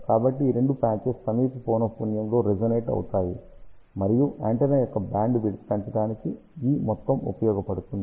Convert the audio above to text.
కాబట్టి ఈ రెండు పాచెస్ సమీప పౌనఃపున్యంలో రేజోనేట్ అవుతాయి మరియు యాంటెన్నా యొక్క బ్యాండ్విడ్త్ పెంచడానికి ఈ మొత్తం ఉపయోగపడుతుంది